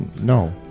No